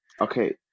okay